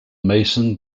mason